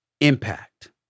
Impact